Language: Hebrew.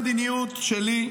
בהתאם למדיניות שלי,